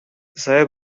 saya